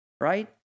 right